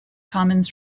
commons